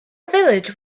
village